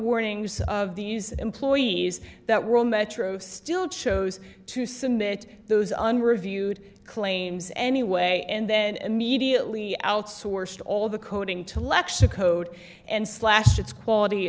warnings of these employees that were metro still chose to submit those on reviewed claims anyway and then immediately outsourced all the coding to lex a code and slash its quality